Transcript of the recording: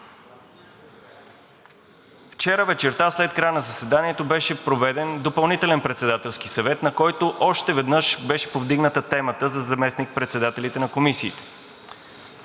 Вчера вечерта след края на заседанието беше проведен допълнителен Председателски съвет, на който още веднъж беше повдигната темата за заместник-председателите на комисиите.